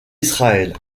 israël